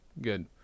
good